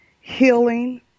healing